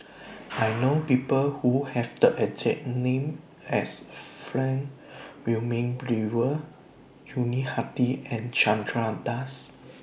I know People Who Have The name as Frank Wilmin Brewer Yuni Hadi and Chandra Das